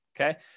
okay